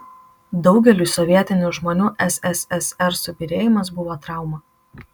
daugeliui sovietinių žmonių sssr subyrėjimas buvo trauma